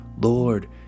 Lord